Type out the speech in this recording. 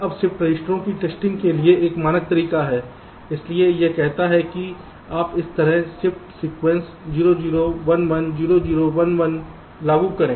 अब शिफ्ट रजिस्टरों के टेस्टिंग के लिए एक मानक तरीका है इसलिए यह कहता है कि आप इस तरह शिफ्ट सीक्वेंस 0 0 1 1 0 0 1 1 लागू करें